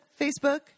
Facebook